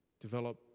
develop